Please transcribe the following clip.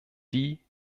die